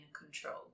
control